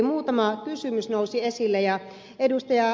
muutama kysymys nousi esille ja ed